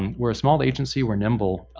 we're a small agency. we're nimble.